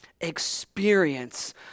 experience